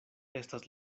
estas